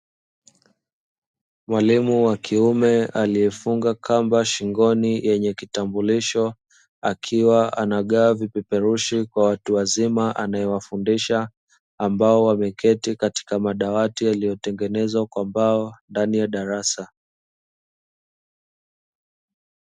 Mwalimu wa kiume aliyefunga kamba shingoni yenye kitambulisho, akiwa anagawa vipeperushi kwa watu wazima anaye wafundisha, ambao wameketi katika madawati, yaliyotengenezwa kwa mbao ndani ya darasa.